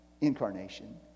incarnation